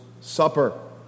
Supper